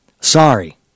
Sorry